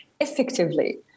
effectively